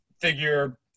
figure